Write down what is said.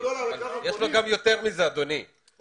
יש לו גם יותר מזה, אדוני היושב ראש.